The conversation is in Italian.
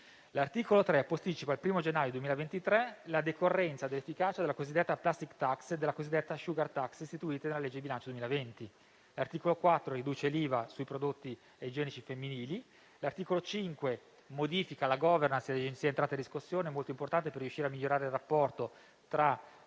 L'articolo 3 posticipa al 1° gennaio 2023 la decorrenza dell'efficacia della cosiddetta *plastic tax* e della cosiddetta *sugar tax*, istituite dalla legge di bilancio 2020. L'articolo 4 riduce l'IVA sui prodotti igienici femminili. L'articolo 5 modifica la *governance* sul fronte delle entrate in riscossione: è molto importante per riuscire a migliorare il rapporto tra